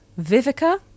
Vivica